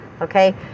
okay